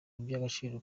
iby’agaciro